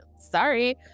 sorry